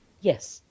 Yes